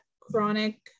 chronic